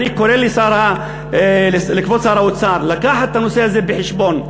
אני קורא לכבוד שר האוצר להביא את הנושא הזה בחשבון,